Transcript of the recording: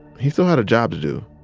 he still had a job to do.